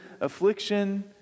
affliction